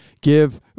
give